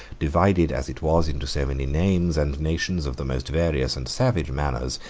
divided as it was into so many names and nations of the most various and savage manners,